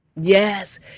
Yes